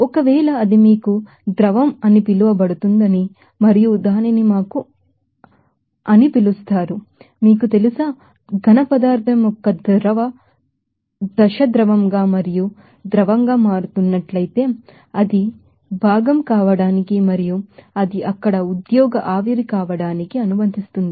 ఒకవేళ అది మీకు లిక్విడ్ అని పిలువబడుతుందని మరియు దానిని మాకు అని పిలుస్తారు మీకు తెలుసా సాలిడ్ యొక్క ఫేజ్ లిక్విడ్గా మరియు లిక్విడ్ గా మారుతున్నట్లయితే అది భాగం కావడానికి మరియు అది అక్కడ వ్యాపారిజాషన్ కావడానికి అనుమతిస్తుంది